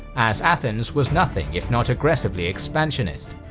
as athens was nothing if not aggressively expansionist.